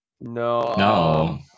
No